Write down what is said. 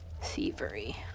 Thievery